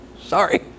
sorry